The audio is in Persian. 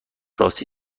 راستی